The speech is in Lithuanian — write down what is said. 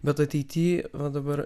bet ateity va dabar